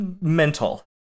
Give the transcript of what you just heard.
Mental